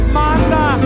manda